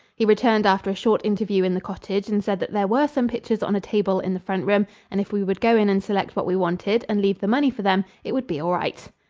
he returned after a short interview in the cottage and said that there were some pictures on a table in the front room and if we would go in and select what we wanted and leave the money for them it would be all right.